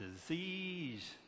disease